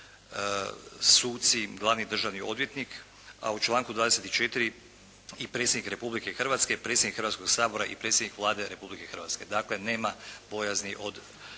suci, glavni državni odvjetnik, a u članku 24. i Predsjednik Republike Hrvatske, predsjednik Hrvatskog sabora i predsjednik Vlade Republike Hrvatske. Dakle, nema bojazni od